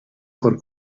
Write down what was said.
per